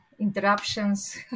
interruptions